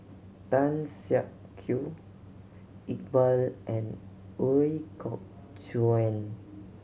Tan Siak Kew Iqbal and Ooi Kok Chuen